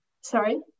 sorry